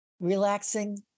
Relaxing